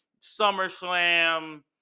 SummerSlam